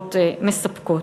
תשובות מספקות.